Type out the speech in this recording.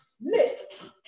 lift